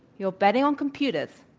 you're betting on computers.